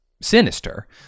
sinister